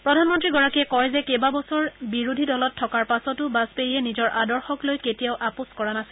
প্ৰধানমন্ত্ৰীগৰাকীয়ে কয় যে কেইবাবছৰ বিৰোধী দলত থকাৰ পাছতো বাজপেয়ীয়ে নিজৰ আদৰ্শক লৈ কেতিয়াও আপোচ কৰা নাছিল